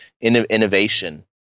innovation